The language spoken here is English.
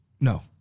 No